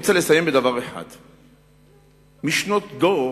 משנות דור